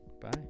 Bye